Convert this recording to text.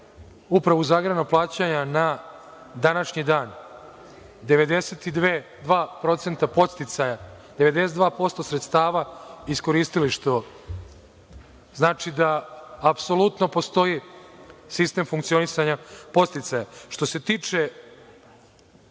Upravu za agrarno plaćanje na današnji dan 92% podsticaja, 92% sredstava iskoristili, što znači da apsolutno postoji sistem funkcionisanja podsticaja. Što se tiče